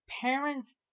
parents